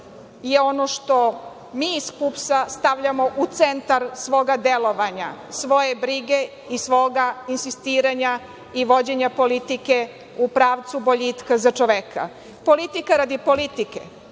je ono što mi iz PUPS stavljamo u centar svoga delovanja, svoje brige i svoga insistiranja i vođenja politike u pravcu boljitka za čoveka. Politika radi politike,